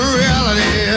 reality